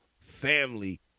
family